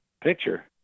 picture